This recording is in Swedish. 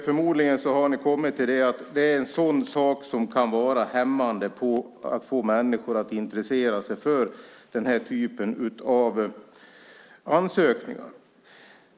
Förmodligen har ni kommit fram till att det är en sak som kan vara hämmande när det gäller att få människor att intressera sig för den här typen av ansökningar.